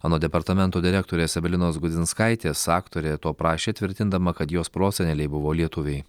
anot departamento direktorės evelinos gudzinskaitės aktorė to prašė tvirtindama kad jos proseneliai buvo lietuviai